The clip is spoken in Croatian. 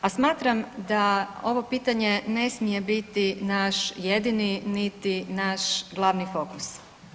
A smatram da ovo pitanje ne smije biti naš jedini niti naš glavni fokus.